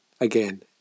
again